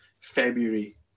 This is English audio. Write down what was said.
February